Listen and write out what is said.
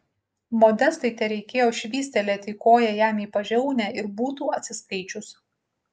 modestai tereikėjo švystelėti koja jam į pažiaunę ir būtų atsiskaičius